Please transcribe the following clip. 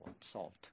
salt